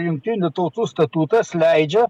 jungtinių tautų statutas leidžia